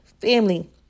Family